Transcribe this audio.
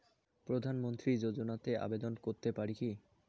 প্রধানমন্ত্রী যোজনাতে আবেদন করতে পারি কি?